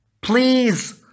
Please